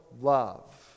love